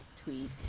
tweet